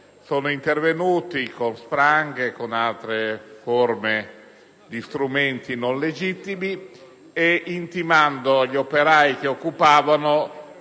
sono intervenuti con spranghe ed altri strumenti non legittimi intimando agli operai che occupavano